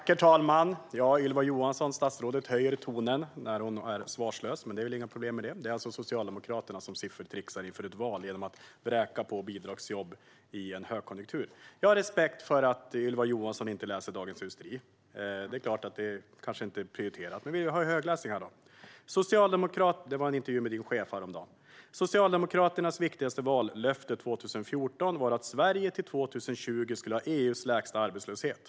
Herr talman! Statsrådet Ylva Johansson höjer tonen när hon är svarslös, men jag har inga problem med det. Det är alltså Socialdemokraterna som siffertrixar inför ett val genom att vräka på med bidragsjobb under en högkonjunktur. Jag har respekt för att Ylva Johansson inte läser Dagens industri, det är klart att det kanske inte är prioriterat. Men vi kan ha högläsning från en intervju med din chef häromdagen: Socialdemokraternas viktigaste vallöfte 2014 var att Sverige till 2020 skulle ha EU:s lägsta arbetslöshet.